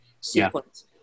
sequence